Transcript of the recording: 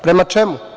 Prema čemu?